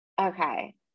Okay